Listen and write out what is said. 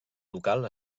local